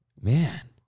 Man